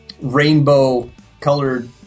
rainbow-colored